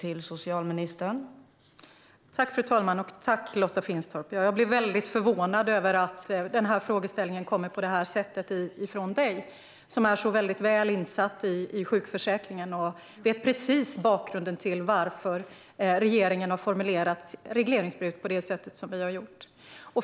Fru talman! Tack, Lotta Finstorp! Jag blir väldigt förvånad över att denna frågeställning kommer på detta sätt från dig, som är väl insatt i sjukförsäkringen och vet precis varför regeringen har formulerat regleringsbrevet på det sätt som vi gjort.